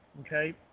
okay